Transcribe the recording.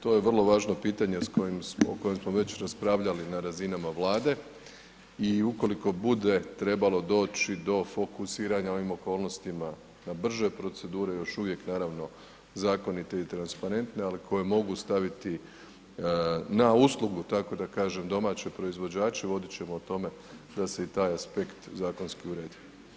To je vrlo važno pitanje s kojim smo, o kojem smo već raspravljali na razinama Vlade i ukoliko bude trebalo doći do fokusiranja u ovim okolnostima na brže procedure, još uvijek naravno zakonite i transparentne, ali koje mogu staviti na uslugu, tako da kažem, domaće proizvođače, vodit ćemo o tome da se i taj aspekt zakonski uredi.